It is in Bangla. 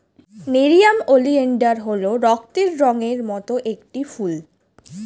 নেরিয়াম ওলিয়েনডার হল রক্তের রঙের মত একটি ফুল